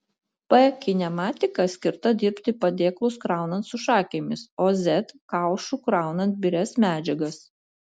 p kinematika skirta dirbti padėklus kraunant su šakėmis o z kaušu kraunant birias medžiagas